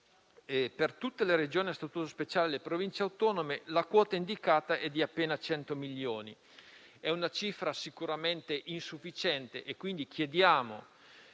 per tutte le Regioni a statuto speciale e le Province autonome la quota indicata è di appena 100 milioni. È una cifra sicuramente insufficiente, quindi chiediamo